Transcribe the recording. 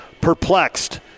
perplexed